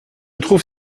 trouve